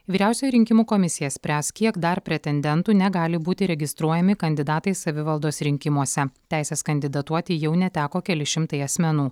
vyriausia rinkimų komisija spręs kiek dar pretendentų negali būti registruojami kandidatais savivaldos rinkimuose teisės kandidatuoti jau neteko keli šimtai asmenų